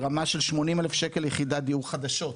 ברמה של 80,000 ₪ ליחידת דיור חדשות,